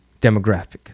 demographic